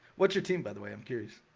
what's your team, by the way? i'm curious